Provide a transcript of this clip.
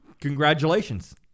Congratulations